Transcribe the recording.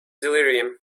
delirium